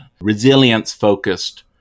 resilience-focused